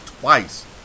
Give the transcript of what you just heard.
twice